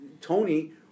Tony